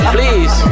Please